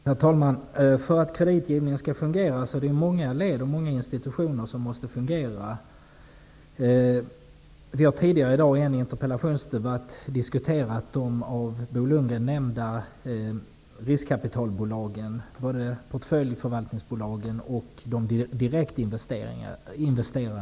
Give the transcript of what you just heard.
Herr talman! För att kreditgivningen skall fungera måste många led och institutioner fungera. Vi har tidigare i dag i en interpellationsdebatt diskuterat de av Bo Lundgren nämnda riskkapitalbolagen, både portföljförvaltningsbolagen och de direktinvesterande bolagen.